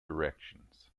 directions